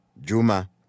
Juma